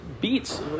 beats